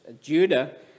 Judah